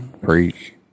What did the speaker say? Preach